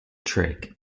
trick